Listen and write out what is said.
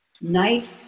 night